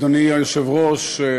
אדוני היושב-ראש,